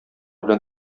белән